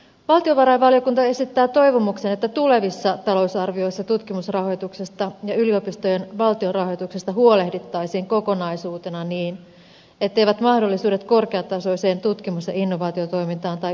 valtiovarainvaliokunta esittää toivomuksen että tulevissa talousarvioissa tutkimusrahoituksesta ja yliopistojen valtionrahoituksesta huolehdittaisiin kokonaisuutena niin etteivät mahdollisuudet korkeatasoiseen tutkimus ja innovaatiotoimintaan tai yliopistokoulutukseen heikenny